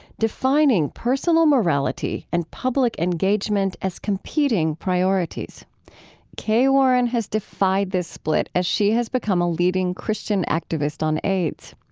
defining personal morality and public engagement as competing priorities kay warren has defied this split as she has become a leading christian activist on aids.